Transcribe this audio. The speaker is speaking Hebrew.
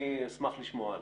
אני אשמח לשמוע עליו.